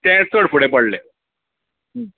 तें चड फुडें पडलें